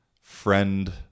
friend